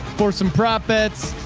for some prop bets,